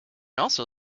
also